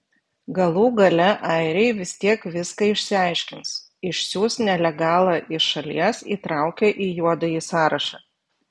galų gale airiai vis tiek viską išsiaiškins išsiųs nelegalą iš šalies įtraukę į juodąjį sąrašą